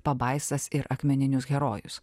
pabaisas ir akmeninius herojus